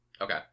Okay